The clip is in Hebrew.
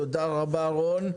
תודה רבה רון.